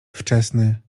wczesny